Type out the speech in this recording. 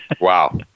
Wow